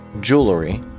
jewelry